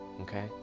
okay